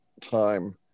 time